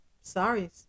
Sorry